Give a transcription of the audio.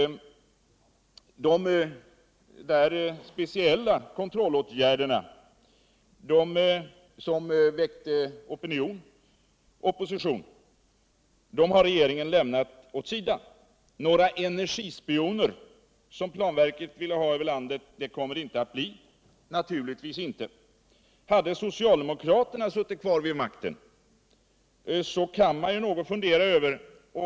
De speciella kontrollåtgärder som väckte opposition har regeringen lämnat åt sidan. Några energispioner, som planverket vill ha — Nr 154 över landet, kommer det inte att bli — naturligtvis inte. Man kan ju något Fredagen den fundera över om ett sådant här energispionage skulle ha förverkligats.